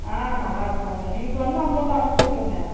ஆ நல்லாருக்குறங்க நீங்கள் சொன்ன அமௌண்டை அனுப்பிச்சுவிட்டுருங்க